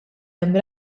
hemm